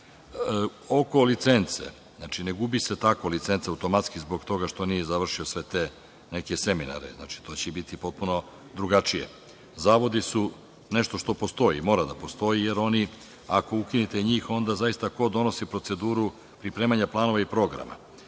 licence, ne gubi se tako licenca, automatski, zbog toga što nije završio sve te neke seminare. Znači, to će biti potpuno drugačije. Zavodi su nešto što postoji i mora da postoji, jer ako ukinite njih, onda zaista ko donosi proceduru pripremanja planova i programa? Kod